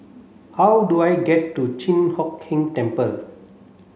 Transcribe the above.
how do I get to Chi Hock Keng Temple